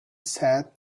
sat